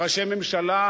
וראשי ממשלה,